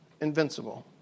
invincible